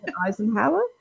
Eisenhower